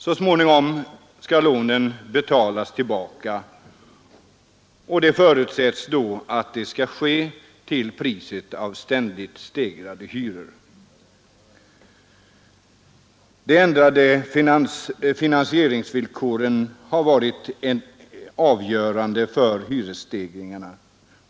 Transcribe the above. Så småningom skall lånen betalas tillbaka, ———— och det förutsättes då att det skall ske till priset av ständigt stegrade Konjunkturstimuhyxors lerande åtgärder De ändrade finansieringsvillkoren har varit avgörande för hyresstegringarna.